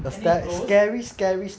any ghosts